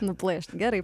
nuplėšt gerai